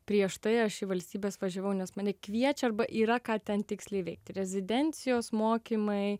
prieš tai aš į valstybes važiavau nes mane kviečia arba yra ką ten tiksliai veikt rezidencijos mokymai